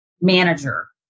manager